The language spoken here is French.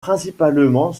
principalement